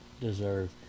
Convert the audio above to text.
deserve